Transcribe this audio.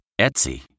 Etsy